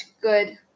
good